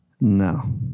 No